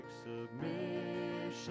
submission